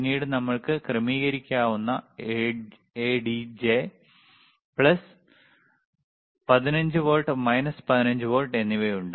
പിന്നീട് നമ്മൾക്ക് ക്രമീകരിക്കാവുന്ന പ്ലസ് 15 വോൾട്ട് മൈനസ് 15 വോൾട്ട് എന്നിവ ഉണ്ട്